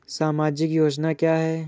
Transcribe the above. सामाजिक योजना क्या है?